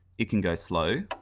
it can go slow